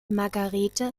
margarete